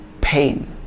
pain